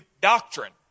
doctrine